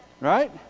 Right